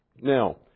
Now